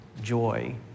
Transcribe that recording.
joy